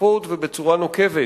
בחריפות ובצורה נוקבת.